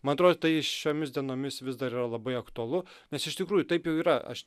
man atrodo tai šiomis dienomis vis dar yra labai aktualu nes iš tikrųjų taip jau yra aš